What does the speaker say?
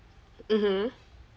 mmhmm